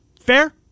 Fair